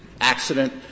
accident